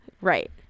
right